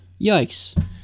Yikes